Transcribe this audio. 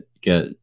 get